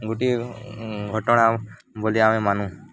ଗୋଟିଏ ଘଟଣା ବୋଲି ଆମେ ମାନୁ